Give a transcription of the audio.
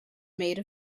made